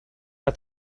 att